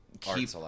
keep